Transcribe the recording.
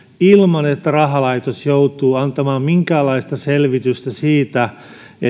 ilman että rahalaitokset joutuvat antamaan minkäänlaista selvitystä siitä